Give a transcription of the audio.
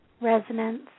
resonance